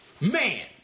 Man